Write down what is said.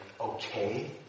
okay